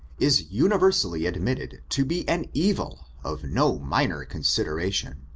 is universally admitted to be an evil of no minor consideration.